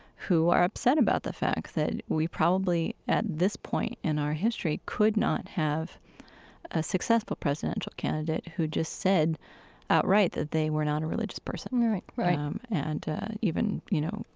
who are upset about the fact that we probably at this point in our history could not have a successful presidential candidate who just said outright that they were not a religious person right. right um and even, you know,